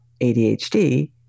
ADHD